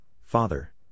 father